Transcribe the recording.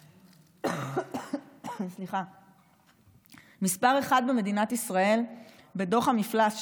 1 במדינת ישראל בדוח המפל"ס,